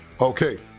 Okay